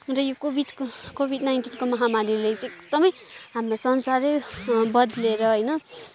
र यो कोभिडको कोभिड नाइन्टिनको महामारीले चाहिँ एकदमै हाम्रो संसारै बद्लिएर होइन